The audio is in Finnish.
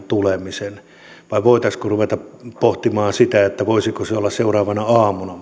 tulemisen vai voitaisiinko ruveta pohtimaan sitä voisiko se olla seuraavana aamuna